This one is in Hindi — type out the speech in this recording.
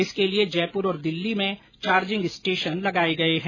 इसके लिए जयपुर और दिल्ली में चार्जिंग स्टेशन लगाए गए है